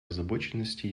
озабоченности